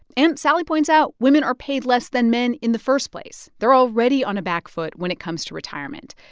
and sallie points out women are paid less than men in the first place. they're already on a back foot when it comes to retirement.